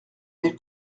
des